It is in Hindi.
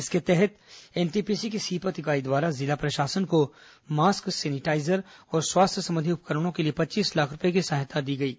इसके तहत एनटीपीसी की सीपत इकाई द्वारा जिला प्रशासन को मास्क सैनिटाईजर और स्वास्थ्य संबंधी उपकरणों के लिए पच्चीस लाख रूपये की सहायता दी गई है